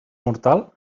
mortal